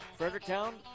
Fredericktown